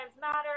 Matter